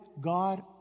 God